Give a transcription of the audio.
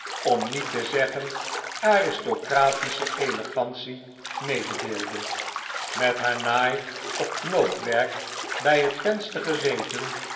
om niet te zeggen aristocratische elegantie mededeelde met haar naai of knoopwerk bij het venster gezeten